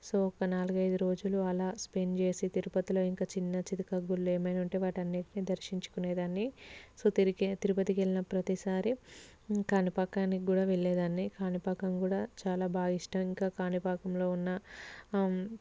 so ఒక నాలుగు ఐదు రోజులు అలా స్పెండ్ చేసి తిరుపతిలో ఇంక చిన్న చితుక గుళ్ళు ఏమైనా ఉంటే వాటిని అన్నింటిని దర్శించుకునేదాన్ని సో తిరిగి తిరుపతికి వెళ్ళిన ప్రతిసారి కాణిపాకానికి కూడా వెళ్ళేదాన్ని కాణిపాకం కూడా చాలా బాగా ఇష్టంగా ఇంకా కాణిపాకంలో ఉన్న